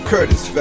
Curtis